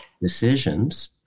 decisions